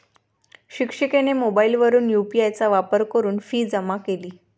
शिक्षिकेने मोबाईलवरून यू.पी.आय चा वापर करून फी जमा केली